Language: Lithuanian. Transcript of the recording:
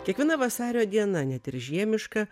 kiekviena vasario diena net ir žiemiška